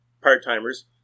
part-timers